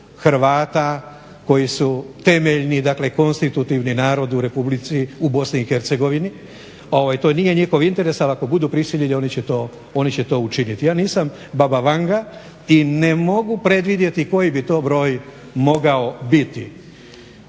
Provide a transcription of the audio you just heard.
Hrvata koji su temeljni, dakle konstitutivni narod u Republici, u Bosni i Hercegovini. To nije njihov interes, ali ako budu prisiljeni oni će to učiniti. Ja nisam baba Vanga i ne mogu predvidjeti koji bi to broj mogao biti.